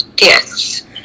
yes